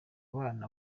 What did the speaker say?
bana